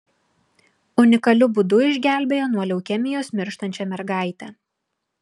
unikaliu būdu išgelbėjo nuo leukemijos mirštančią mergaitę